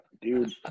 dude